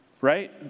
right